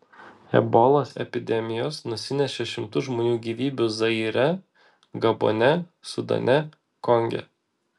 ebolos epidemijos nusinešė šimtus žmonių gyvybių zaire gabone sudane konge